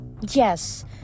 Yes